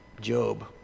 Job